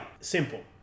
simple